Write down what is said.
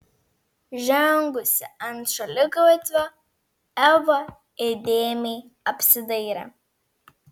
žengusi ant šaligatvio eva įdėmiai apsidairė